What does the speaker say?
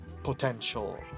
potential